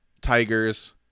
Tigers